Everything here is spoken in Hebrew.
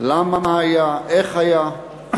למה היה, איך היה.